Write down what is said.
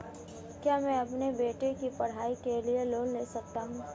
क्या मैं अपने बेटे की पढ़ाई के लिए लोंन ले सकता हूं?